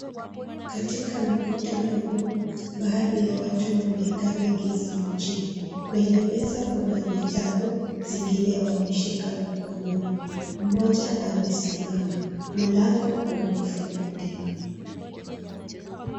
Katika mkutano huu, baadhi ya watu wameeka begi zao chini. Kwenye meza kuna vitabu, zingine wameshika mkononi. Mmoja amesimama. Mlango umefunguliwa.